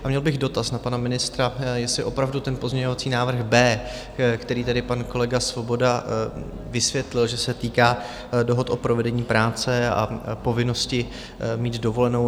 A měl bych dotaz na pana ministra, jestli opravdu ten pozměňovací návrh B, který tedy pan kolega Svoboda vysvětlil, se týká dohod o provedení práce a povinnosti mít dovolenou.